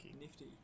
Nifty